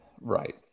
Right